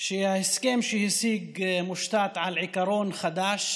שההסכם שהשיג מושתת על עיקרון חדש